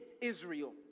Israel